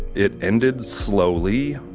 it ended slowly.